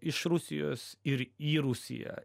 iš rusijos ir į rusiją